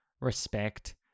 respect